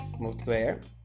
multiplayer